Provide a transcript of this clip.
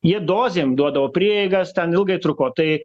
jie dozėm duodavo prieigas ten ilgai truko tai